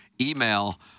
Email